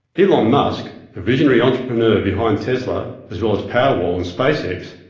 elon musk, the visionary-entrepreneur behind tesla, as well as powerwall and space x,